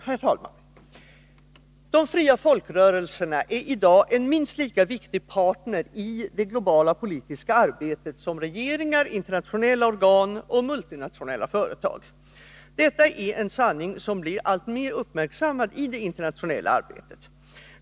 Herr talman! De fria folkrörelserna är i dag en minst lika viktig partner i det globala politiska arbetet som regeringar, internationella organ och multinationella företag. Detta är en sanning som blir alltmer uppmärksammad i det internationella arbetet.